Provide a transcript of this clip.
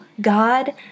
God